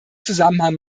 zusammenhang